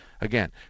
again